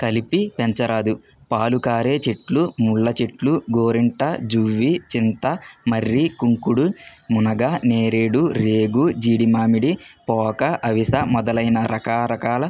కలిపి పెంచరాదు పాలు కారే చెట్లు ముళ్ళ చెట్లు గోరింట జువ్వి చింత మర్రి కుంకుడు మునగ నేరేడు రేగు జీడిమామిడి పోక అవిసె మొదలైన రకరకాల